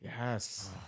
Yes